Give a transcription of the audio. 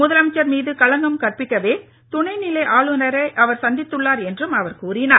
முதலமைச்சர் மீது களங்கம் கற்பிக்கவே துணைநிலை ஆளுநரை அவர் சந்தித்துள்ளார் என்றும் அவர் கூறினார்